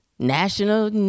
national